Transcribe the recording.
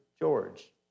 George